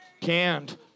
Canned